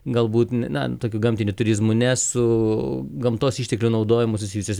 galbūt na tokiu gamtiniu turizmu ne su gamtos išteklių naudojimu susijusios